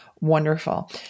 Wonderful